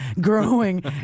growing